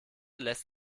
lässt